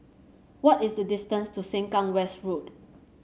what is the distance to Sengkang West Road